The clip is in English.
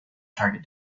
target